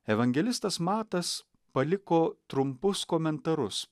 evangelistas matas paliko trumpus komentarus